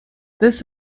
this